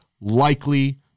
likely